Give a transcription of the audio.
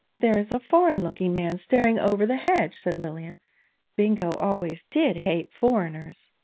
there's a foreign-looking man staring over the hedge said lilian bingo always did hate foreigners